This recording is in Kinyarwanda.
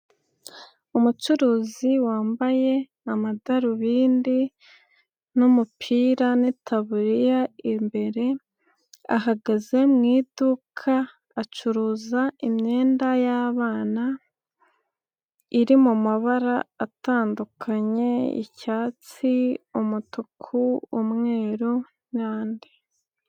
Umucuruzi wambaye amadarubindi n'umupira n'itaburiya imbere, ahagaze mu iduka acuruza imyenda y'abana iri mu mabara atandukanye, icyatsi, umutuku, umweru n'andi.